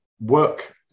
work